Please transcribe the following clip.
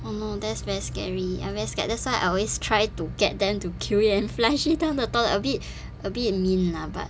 oh no that's very scary I very scared that's why I always try to get them to kill it and flush it down the toilet a bit a bit mean lah but